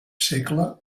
segle